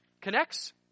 connects